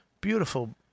beautiful